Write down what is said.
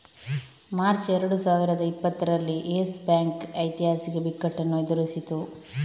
March ಎರಡು ಸಾವಿರದ ಇಪ್ಪತ್ತರಲ್ಲಿ ಯೆಸ್ ಬ್ಯಾಂಕ್ ಐತಿಹಾಸಿಕ ಬಿಕ್ಕಟ್ಟನ್ನು ಎದುರಿಸಿತು